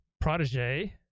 protege